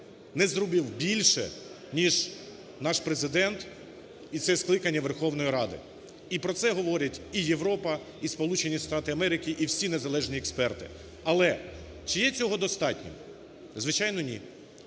не зробив більше ніж наш Президент і це скликання Верховної Ради. І про це говорять і Європа, і Сполучені Штати Америки, і всі незалежні експерти. Але чи є цього достатньо? Звичайно, ні.